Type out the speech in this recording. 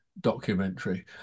documentary